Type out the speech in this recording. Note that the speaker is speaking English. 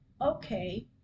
okay